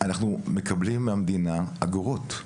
אנחנו מקבלים מהמדינה אגורות,